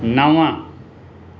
नव